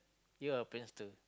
you are a prankster